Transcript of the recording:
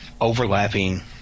overlapping